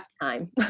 Time